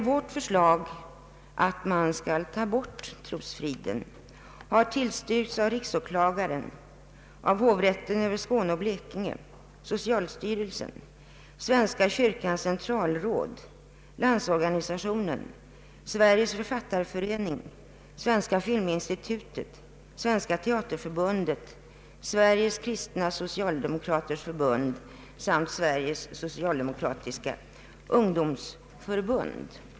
Vårt förslag att ta bort paragrafen om trosfrid har tillstyrkts av riksåklagaren, av hovrätten över Skåne och Blekinge, socialstyrelsen, Svenska kyrkans centralråd, Landsorganisationen, Sveriges författarförening, Svenska filminstitutet, Svenska teaterförbundet, Sveriges kristna socialdemokraters förbund samt Sveriges socialdemokratiska ungdomsförbund.